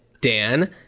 Dan